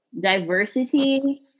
diversity